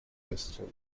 question